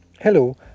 hello